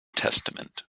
testament